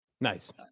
Nice